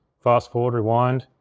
fast forward, rewind,